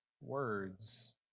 words